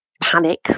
panic